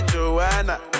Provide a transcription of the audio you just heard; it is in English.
Joanna